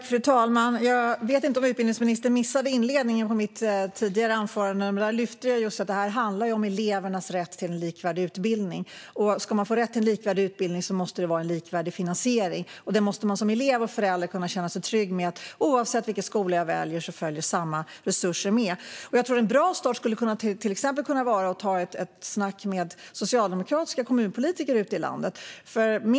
Fru talman! Jag vet inte om utbildningsministern missade inledningen på mitt tidigare anförande. Då lyfte jag just att detta handlar om elevernas rätt till en likvärdig utbildning. Om man ska få rätt till en likvärdig utbildning måste det också vara en likvärdig finansiering. Man måste som elev och förälder kunna känna sig trygg med att oavsett vilken skola man väljer följer samma resurser med. Jag tror att en bra start till exempel skulle kunna vara att ta ett snack med socialdemokratiska kommunpolitiker ute i landet.